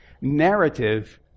narrative